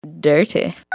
Dirty